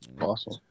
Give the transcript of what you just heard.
Awesome